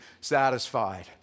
satisfied